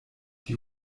die